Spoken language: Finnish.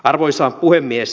arvoisa puhemies